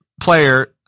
player